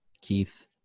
Keith